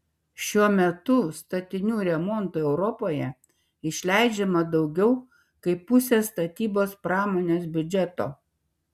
šiuo metu statinių remontui europoje išleidžiama daugiau kaip pusė statybos pramonės biudžeto